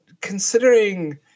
considering